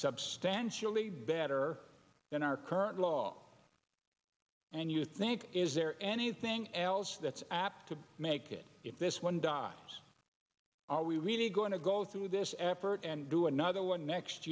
substantially better than our current law and you think is there anything else that's apt to make it if this one died are we really going to go through this effort and do another one next